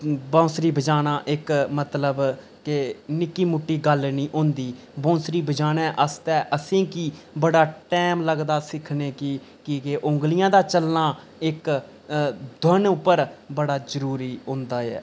बांसुरी बजाना इक मतलवब कि निक्की मुट्टी गल्ल नीं होंदी बौंसुरी बजाने आस्तै असेंगी बड़ा टैम लगदा सिक्खने गी कि केह् उंगलियें दा चलना इक धुन उप्पर बड़ा जरूरी होंदा ऐ